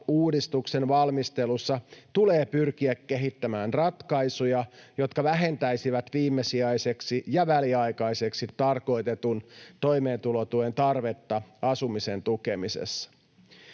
valmistelussa tulee pyrkiä kehittämään ratkaisuja, jotka vähentäisivät viimesijaiseksi ja väliaikaiseksi tarkoitetun toimeentulotuen tarvetta asumisen tukemisessa.